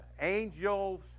angels